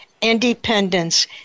independence